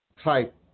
type